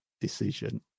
decision